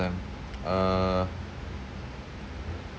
uh